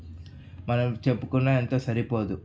మనం చెప్పుకున్నా ఎంత సరిపోదు